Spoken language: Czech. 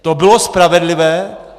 To bylo spravedlivé?